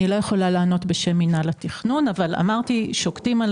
אני לא יכולה לענות בשם מינהל התכנון אבל אמרתי ששוקדים על